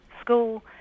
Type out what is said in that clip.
school